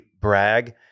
Brag